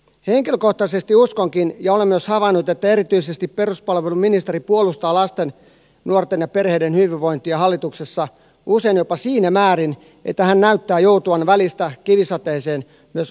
henkilökohtaisesti uskonkin ja olen myös havainnut että erityisesti peruspalveluministeri puolustaa lasten nuorten ja perheiden hyvinvointia hallituksessa usein jopa siinä määrin että hän näyttää joutuvan välistä kivisateeseen myös omiensa puolelta